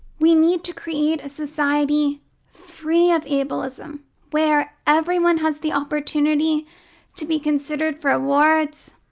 we need to create a society free of ableism where everyone has the opportunity to be considered for awards,